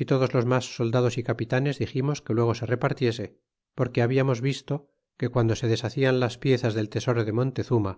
y todos los mas soldados y capitanes diximos que luego se repartiese porque habiamos visto que guando se deshacian las piezas del tesoro de montezuma